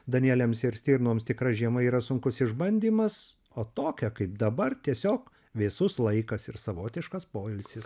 danieliams ir stirnoms tikra žiema yra sunkus išbandymas o tokia kaip dabar tiesiog vėsus laikas ir savotiškas poilsis